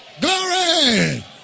Glory